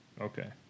Okay